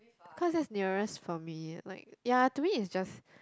because that nearest from me like ya to me is just